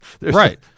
Right